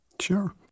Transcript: Sure